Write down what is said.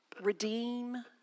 redeem